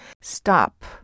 stop